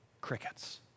crickets